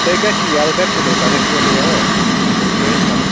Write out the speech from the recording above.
تُہۍ کَر چھِو یَلہٕ کَر چھُو تُہۍ پگاہ چھُوا تُہۍ یَلہٕ تیٚلہِ کَرو أسۍ پگاہ